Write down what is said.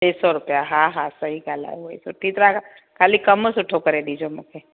टे सौ रुपया हा हा सही ॻाल्हि आहे उहेई सुठी तरह खां ख़ाली कमु सुठो करे ॾिजो मूंखे